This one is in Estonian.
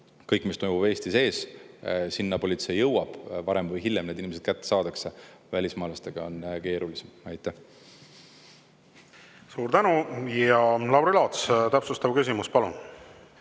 öeldud, mis toimub Eesti sees, sinna politsei jõuab, varem või hiljem need inimesed kätte saadakse. Välismaalastega on keerulisem. Suur tänu! Lauri Laats, täpsustav küsimus, palun!